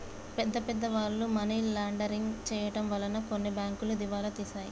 పెద్ద పెద్ద వాళ్ళు మనీ లాండరింగ్ చేయడం వలన కొన్ని బ్యాంకులు దివాలా తీశాయి